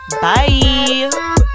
Bye